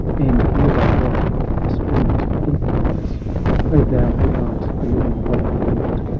and nearby doth the streamlet improvise! o thou who art the living of the world,